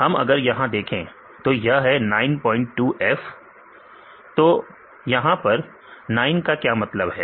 हम अगर यहां देखें तो यह है 92f तो यहां पर 9 का क्या मतलब है